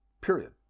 Period